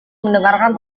mendengarkan